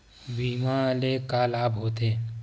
बीमा ले का लाभ होथे?